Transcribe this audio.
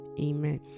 amen